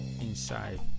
inside